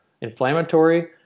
Inflammatory